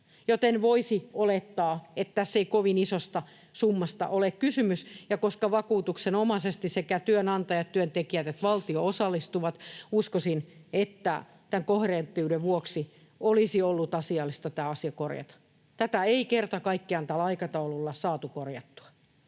joten voisi olettaa, että tässä ei kovin isosta summasta ole kysymys. Ja koska vakuutuksenomaisesti sekä työnantajat, työntekijät että valtio osallistuvat, uskoisin, että tämän koherenttiuden vuoksi olisi ollut asiallista tämä asia korjata. Tätä ei kerta kaikkiaan tällä aikataululla saatu korjattua.